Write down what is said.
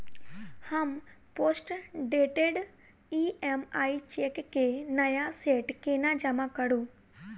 हम postdated EMI cheque केँ नया सेट केना जमा करू?